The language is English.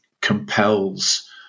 compels